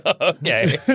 Okay